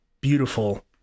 beautiful